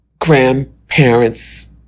grandparents